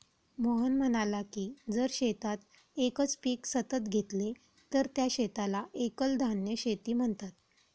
मोहन म्हणाला की जर शेतात एकच पीक सतत घेतले तर त्या शेताला एकल धान्य शेती म्हणतात